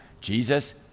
Jesus